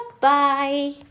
bye